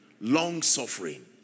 Long-suffering